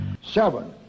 Seven